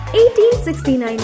1869